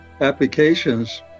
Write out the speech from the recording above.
applications